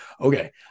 Okay